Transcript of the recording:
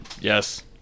Yes